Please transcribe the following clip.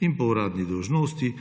in po uradni dolžnosti